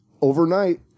overnight